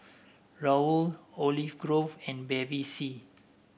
Raoul Olive Grove and Bevy C